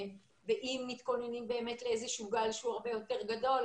אם מתכוננים באמת לאיזשהו גל שהוא הרבה יותר גדול,